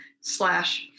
slash